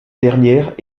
dernière